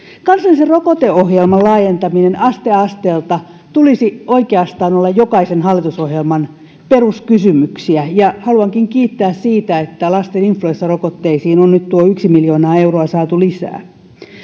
kansallisen rokoteohjelman laajentaminen aste asteelta tulisi oikeastaan olla jokaisen hallitusohjelman peruskysymyksiä ja haluankin kiittää siitä että lasten influenssarokotteisiin on nyt tuo yksi miljoona euroa saatu lisää